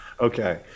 Okay